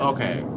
Okay